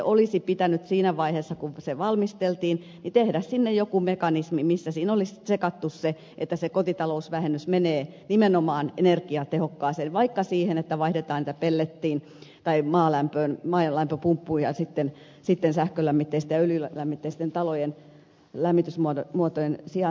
pulliainen pitänyt siinä vaiheessa kun se valmisteltiin tehdä joku mekanismi missä olisi tsekattu se että se kotitalousvähennys menee nimenomaan energiatehokkaaseen rakentamiseen vaikka siihen että vaihdetaan lämmitystä niihin pelletteihin tai maalämpöön tai lämpöpumppuun sähkölämmitteisten ja öljylämmitteisten talojen lämmitysmuotojen sijaan